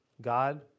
God